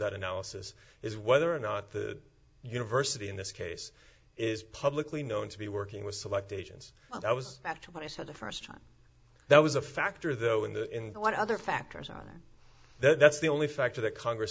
that analysis is whether or not the university in this case is publicly known to be working with select agents but i was at what i saw the first time that was a factor though in the end what other factors are that's the only factor that congress